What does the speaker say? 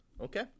Okay